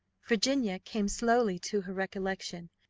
virginia came slowly to her recollection,